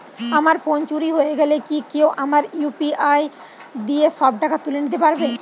আমার ফোন চুরি হয়ে গেলে কি কেউ আমার ইউ.পি.আই দিয়ে সব টাকা তুলে নিতে পারবে?